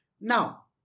Now